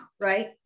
right